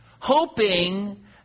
hoping